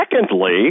secondly